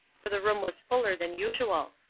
for the room was fuller than usual.